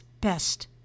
best